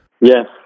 Yes